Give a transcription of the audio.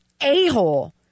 a-hole—